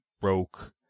broke